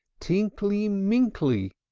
tinkly minky,